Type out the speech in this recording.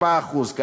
4%. רועי,